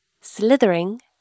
slithering